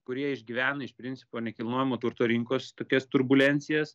kurie išgyvena iš principo nekilnojamo turto rinkos tokias turbulencijas